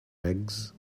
eggs